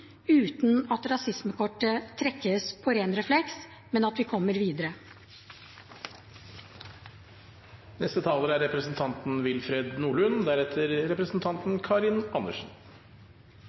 uten at rasismekortet trekkes på ren refleks, men at vi kommer videre.